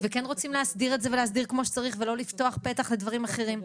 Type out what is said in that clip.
וכן רוצים להסדיר את זה ולהסדיר כמו שצריך ולא לפתח פתח לדברים אחרים.